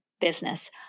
business